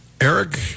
Eric